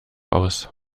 aus